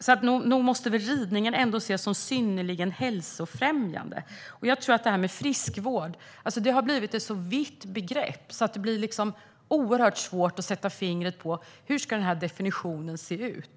Nog måste väl ridningen ändå ses som synnerligen hälsofrämjande? Det här med friskvård har blivit ett så vitt begrepp att det blir oerhört svårt att sätta fingret på hur definitionen ska se ut.